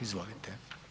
Izvolite.